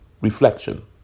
reflection